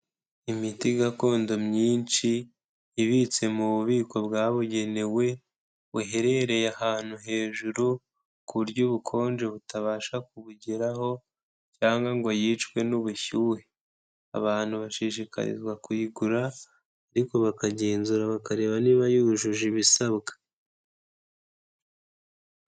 Imiti gakondo myinshi ibitse mu bubiko bwabugenewe buherereye ahantu hejuru ku buryo ubukonje butabasha kubugeraho cyangwa ngo yicwe n'ubushyuhe, abantu bashishikarizwa kuyigura ariko bakagenzura bakareba niba yujuje ibisabwa.